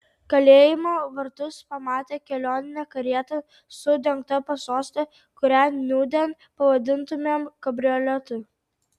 kalėjimo vartus pamatė kelioninę karietą su dengta pasoste kurią nūdien pavadintumėm kabrioletu